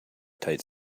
tight